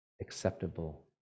acceptable